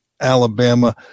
Alabama